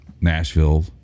Nashville